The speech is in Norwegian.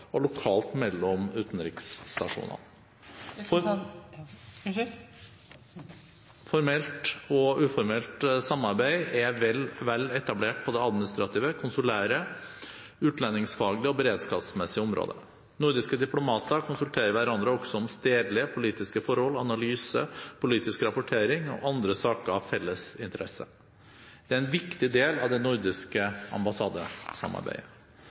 og lokalt mellom utenriksstasjonene. Formelt og uformelt samarbeid er vel etablert på det administrative, konsulære, utlendingsfaglige og beredskapsmessige området. Nordiske diplomater konsulterer hverandre også om stedlige politiske forhold, analyse, politisk rapportering og andre saker av felles interesse. Det er en viktig del av det nordiske ambassadesamarbeidet.